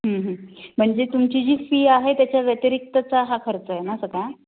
म्हणजे तुमची जी फी आहे त्याच्या व्यतिरिक्तचा हा खर्च आहे ना सगळा